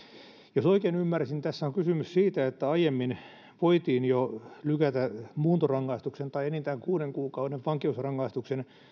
jos oikein ymmärsin niin tässä on kysymys siitä että jo aiemmin voitiin lykätä muuntorangaistuksen tai enintään kuuden kuukauden vankeusrangaistuksen